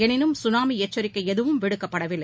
எனினும் சுனாமிஎச்சரிக்கைஎதுவும் விடுக்கப்படவில்லை